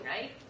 right